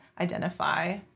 identify